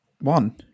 one